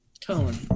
tone